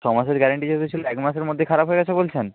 ছমাসের গ্যারেন্টি যেহেতু ছিলো এক মাসের মধ্যেই খারাপ হয়ে গেছে বলছেন